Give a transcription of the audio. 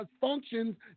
functions